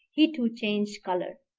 he too changed color.